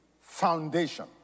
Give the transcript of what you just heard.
foundation